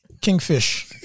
Kingfish